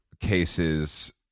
cases